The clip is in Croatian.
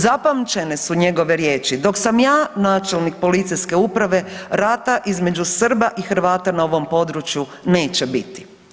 Zapamćene su njegove riječi dok sam ja načelnik policijske uprave rata između Srba i Hrvata na ovom području neće biti.